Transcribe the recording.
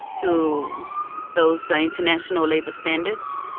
to those so international labour standards,